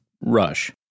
rush